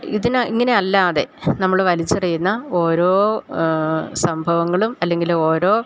ഇതിനായി ഇങ്ങനെ അല്ലാതെ നമ്മള് വലിച്ചെറിയുന്ന ഓരോ സംഭവങ്ങളും അല്ലെങ്കില് ഓരോ